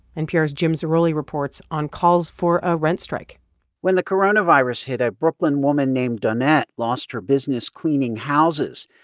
npr's jim zarroli reports on calls for a rent strike when the coronavirus hit, a brooklyn woman named donette lost her business cleaning houses.